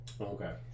Okay